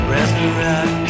Resurrect